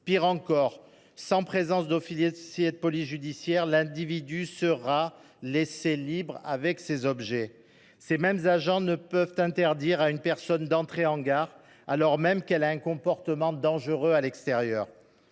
présent sur place un officier de police judiciaire, l’individu appréhendé doit être laissé libre avec ses objets. Ces mêmes agents ne peuvent interdire à une personne d’entrer en gare alors même qu’elle a un comportement dangereux à l’extérieur.